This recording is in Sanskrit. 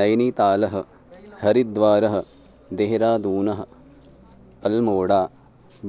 नैनीतालः हरिद्वारः देहेरादूनः अल्मोडा